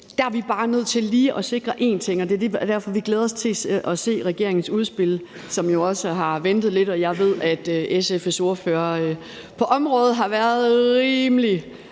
Der er vi bare nødt til lige at sikre én ting, og det er derfor, vi glæder os til at se regeringens udspil, som jo også har ladet vente lidt på sig. Og jeg ved, at SF's ordfører på området har været rimelig